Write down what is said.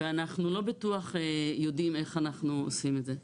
ואנחנו לא בטוח יודעים איך אנחנו עושים את זה.